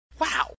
Wow